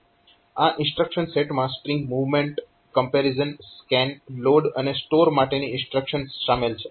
આ ઇન્સ્ટ્રક્શન સેટમાં string movement comparison scan load અને સ્ટોર માટેની ઇન્સ્ટ્રક્શન્સ શામેલ છે